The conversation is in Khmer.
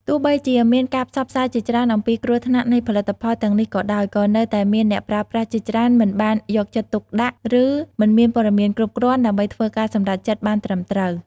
ទោះបីជាមានការផ្សព្វផ្សាយជាច្រើនអំពីគ្រោះថ្នាក់នៃផលិតផលទាំងនេះក៏ដោយ ក៏នៅតែមានអ្នកប្រើប្រាស់ជាច្រើនមិនបានយកចិត្តទុកដាក់ ឬមិនមានព័ត៌មានគ្រប់គ្រាន់ដើម្បីធ្វើការសម្រេចចិត្តបានត្រឹមត្រូវ។